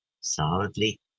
solidly